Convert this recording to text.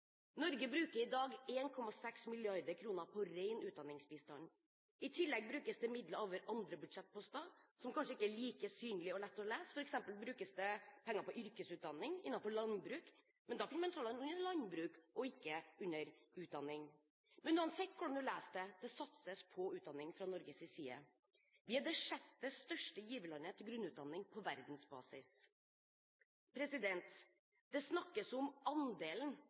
Norge bruker i dag 1,6 mrd. kr på ren utdanningsbistand. I tillegg brukes det midler over andre budsjettposter, som kanskje ikke er like synlige og lette å lese. For eksempel brukes det penger på yrkesutdanning innenfor landbruk, men da finner man tallene under landbruk og ikke under utdanning. Men uansett hvordan du leser det, det satses på utdanning fra Norges side. Vi er det sjette største giverlandet til grunnutdanning på verdensbasis. Det snakkes om andelen